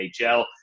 NHL